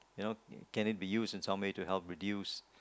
you know can it be used in someway to help reduce